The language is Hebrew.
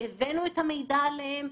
הבאנו את המידע עליהם,